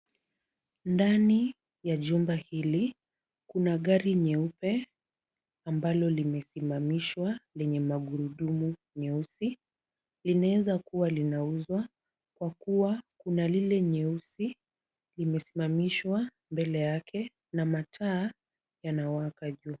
Ndani ya jumba hili kuna gari nyeupe ambalo limesimamishwa lenye magurudumu nyeusi. Linaeza kuwa linauzwa kwa kuwa kuna lile nyeusi, limesimamishwa mbele yake na mataa yanawaka juu.